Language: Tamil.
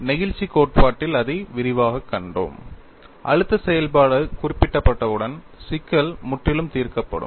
நெகிழ்ச்சி கோட்பாட்டில் அதை விரிவாகக் கண்டோம் அழுத்த செயல்பாடு குறிப்பிடப்பட்டவுடன் சிக்கல் முற்றிலும் தீர்க்கப்படும்